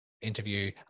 interview